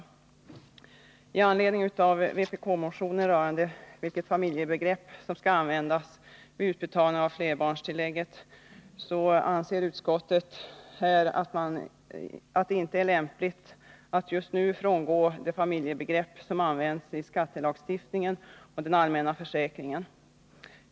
Med anledning av vpk-motionen om vilket familjebegrepp som skall användas vid utbetalning av flerbarnstillägget uttalar utskottet att det inte är lämpligt att just nu frångå det familjebegrepp som använts i skattelagstiftningen och i den allmänna försäkringen.